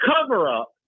cover-up